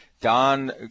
Don